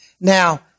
Now